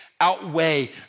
outweigh